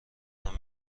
جان